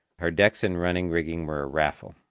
her decks and running rigging were a raffle.